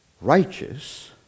righteous